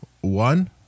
one